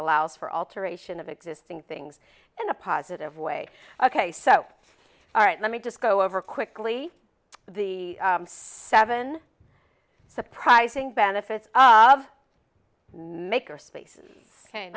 allows for alteration of existing things in a positive way ok so all right let me just go over quickly the seven surprising benefits of necker spaces